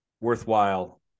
worthwhile